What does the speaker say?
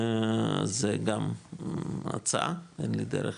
אז זה גם הצעה, אין לי דרך